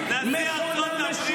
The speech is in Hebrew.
הליכוד.